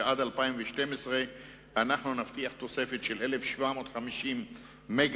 שעד 2012 נבטיח תוספת של 1,750 מגוואט.